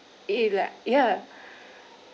eh like ya